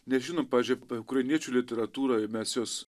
nežinom pavyzdžiui apie ukrainiečių literatūrą mes jos